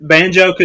Banjo